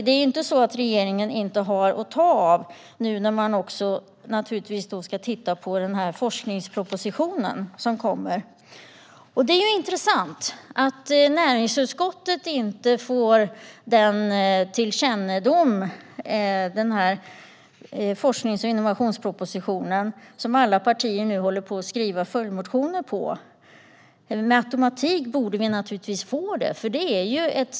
Det är inte så att regeringen inte har att ta av inför kommande forskningsproposition. Det är intressant att näringsutskottet inte får forsknings och innovationspropositionen för kännedom. Alla partier håller ju nu på att skriva följdmotioner till denna. Vi borde naturligtvis ha fått den med automatik.